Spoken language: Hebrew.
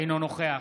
אינו נוכח